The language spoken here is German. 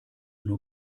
nur